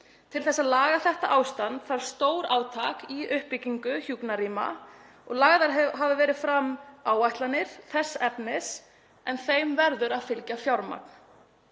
Til þess að laga þetta ástand þarf stórátak í uppbyggingu hjúkrunarrýma. Lagðar hafa verið fram áætlanir þess efnis en þeim verður að fylgja fjármagn.